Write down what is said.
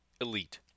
elite